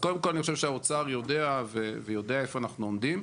קודם כל אני חושב שהאוצר יודע איפה אנחנו עומדים.